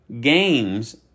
games